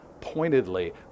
pointedly